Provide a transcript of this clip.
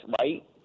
right